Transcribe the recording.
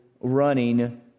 running